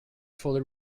fully